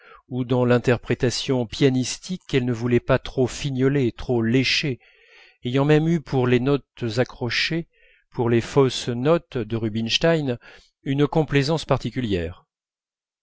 ou dans l'interprétation pianistique qu'elle ne voulait pas trop fignolée trop léchée ayant même eu pour les notes accrochées pour les fausses notes de rubinstein une complaisance particulière